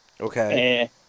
Okay